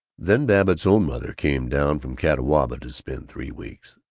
then babbitt's own mother came down from catawba to spend three weeks.